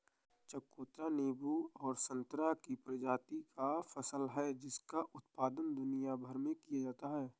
चकोतरा नींबू और संतरे की प्रजाति का फल है जिसका उत्पादन दुनिया भर में किया जाता है